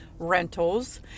rentals